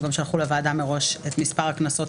הם גם שלחו לוועדה מראש את מספר הקנסות